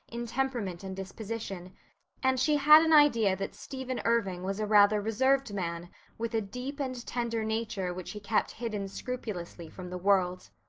in temperament and disposition and she had an idea that stephen irving was a rather reserved man with a deep and tender nature which he kept hidden scrupulously from the world.